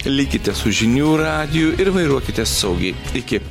likite su žinių radiju ir vairuokite saugiai iki